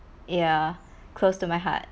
ya close to my heart